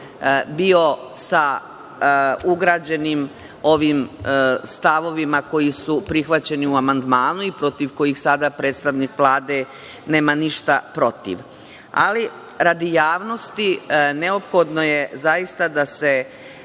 bio sa ugrađenim ovim stavovima koji su prihvaćeni u amandmanu i protiv kojih sada predstavnik Vlade nema ništa protiv. Radi javnosti, neophodno je da se